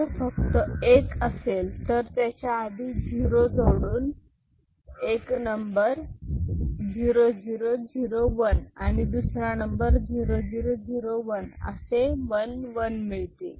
जर फक्त एक असेल तर त्याच्या आधी झिरो जोडून एक नंबर 0001 आणि दुसरा नंबर 0001 असे 1 1 मिळतील